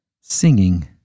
singing